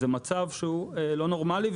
זה מצב לא נורמלי,